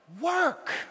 work